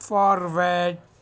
forward